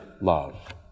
love